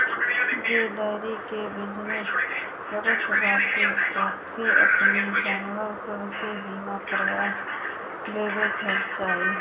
जे डेयरी के बिजनेस करत बाटे ओके अपनी जानवर सब के बीमा करवा लेवे के चाही